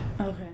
Okay